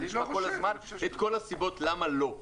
אני שומע כל הזמן את כל הסיבות למה לא.